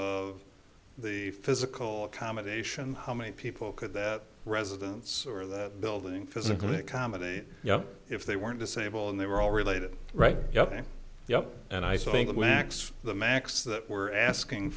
of the physical accommodation how many people could that residence or that building physically accommodate if they weren't disabled and they were all related right yup yup and i think max the max that we're asking